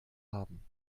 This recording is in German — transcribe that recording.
haben